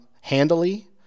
handily